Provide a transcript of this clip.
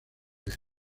vez